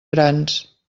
grans